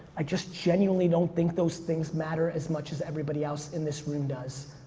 i just genuinely don't think those things matter as much as everybody else in this room does.